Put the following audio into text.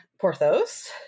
Porthos